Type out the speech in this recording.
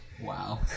Wow